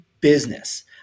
business